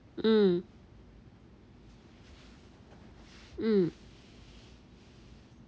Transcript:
mm mm